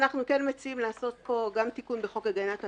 אנחנו מציעים לעשות פה גם תיקון בחוק הגנת הצרכן.